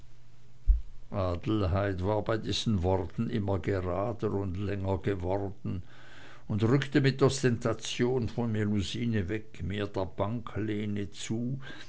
war bei diesen worten immer gerader und länger geworden und rückte mit ostentation von melusine weg mehr der banklehne zu